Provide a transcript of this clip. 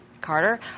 Carter